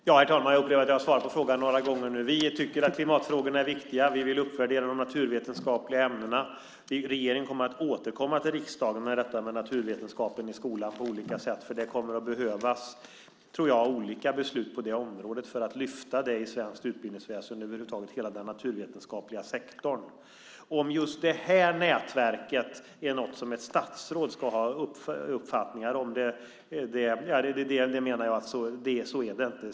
Herr talman! Jag upplever att jag har svarat på frågan några gånger nu. Vi tycker att klimatfrågorna är viktiga. Vi vill uppvärdera de naturvetenskapliga ämnena. Regeringen kommer att återkomma till riksdagen om naturvetenskapen i skolan på olika sätt. Jag tror att det kommer att behövas olika beslut på det området för att lyfta detta i svenskt utbildningsväsende, och för att över huvud taget lyfta hela den naturvetenskapliga sektorn. Är just det här nätverket något som ett statsråd ska ha uppfattningar om? Jag menar att så är det inte.